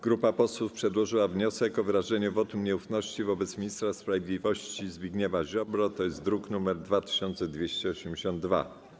Grupa posłów przedłożyła wniosek o wyrażenie wotum nieufności wobec ministra sprawiedliwości Zbigniewa Ziobry, druk nr 2282.